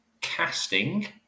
casting